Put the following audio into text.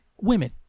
Women